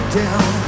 down